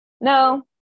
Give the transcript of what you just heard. no